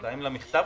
הלך מהר לבית המשפט,